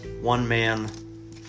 one-man